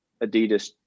Adidas